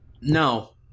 No